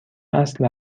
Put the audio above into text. اصل